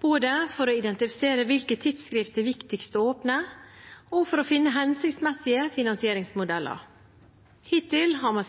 både for å identifisere hvilke tidsskrift det er viktigst å åpne, og for å finne hensiktsmessige finansieringsmodeller. Hittil har man